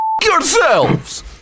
yourselves